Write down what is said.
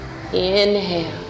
inhale